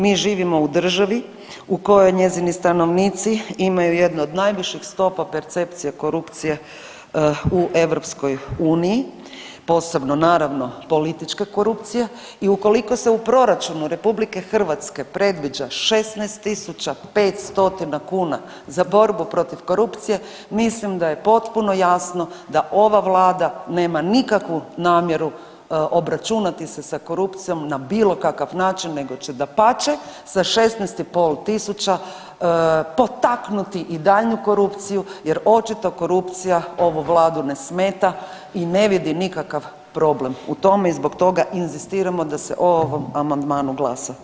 Mi živimo u državi u kojoj njezini stanovnici imaju jednu od najviših stopa percepcije korupcije u EU, posebno naravno politička korupcija i ukoliko se u proračunu RH predviđa 16 tisuća 5 stotina kuna za borbu protiv korupcije mislim da je potpuno jasno da ova Vlada nema nikakvu namjeru obračunati se sa korupcijom na bilo kakav način, nego će dapače sa 16,5 tisuća potaknuti i daljnju korupciju jer očito korupcija ovu Vladu ne smeta i ne vidi nikakav problem u tome i zbog toga inzistiramo da se o ovom Amandmanu glasa.